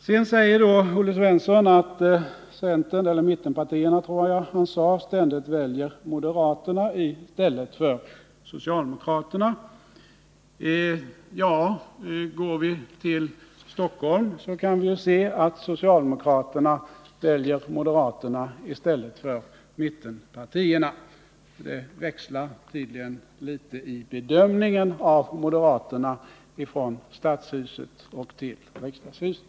Olle Svensson säger att centern — eller mittenpartierna, tror jag att han sade —- ständigt väljer moderaterna i stället för socialdemokraterna. Ja, går vi till Stockholm kan vi ju se att socialdemokraterna väljer moderaterna i stället för mittenpartierna. Det växlar tydligen litet i bedömningen av moderaterna från stadshuset till riksdagshuset.